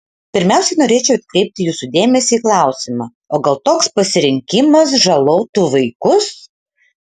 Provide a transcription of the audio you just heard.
pirmiausiai norėčiau atkreipti jūsų dėmesį į klausimą o gal toks pasirinkimas žalotų vaikus